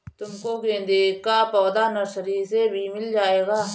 तुमको गेंदे का पौधा नर्सरी से भी मिल जाएगा